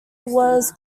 was